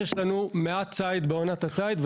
שיש לנו מעט ציד בעונת הציד,